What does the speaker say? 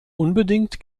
unbedingt